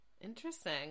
Interesting